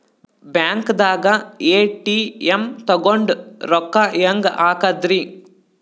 ಬ್ಯಾಂಕ್ದಾಗ ಎ.ಟಿ.ಎಂ ತಗೊಂಡ್ ರೊಕ್ಕ ಹೆಂಗ್ ಹಾಕದ್ರಿ?